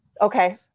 Okay